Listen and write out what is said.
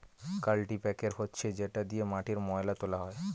কাল্টিপ্যাকের হচ্ছে যেটা দিয়ে মাটির ময়লা তোলা হয়